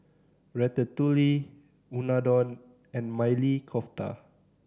Ratatouille Unadon and Maili Kofta